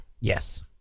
Yes